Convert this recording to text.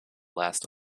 last